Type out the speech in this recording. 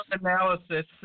Analysis